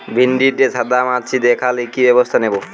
ভিন্ডিতে সাদা মাছি দেখালে কি ব্যবস্থা নেবো?